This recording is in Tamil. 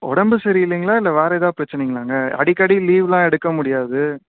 உடம்பு சரியில்லைங்களா இல்லை வேறே ஏதாவது பிரச்சனைங்களாங்க அடிக்கடி லீவெலாம் எடுக்க முடியாது